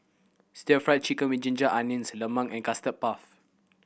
Stir Fried Chicken With Ginger Onions lemang and Custard Puff